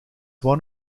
one